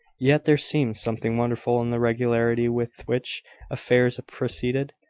yet there seemed something wonderful in the regularity with which affairs proceeded.